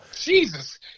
Jesus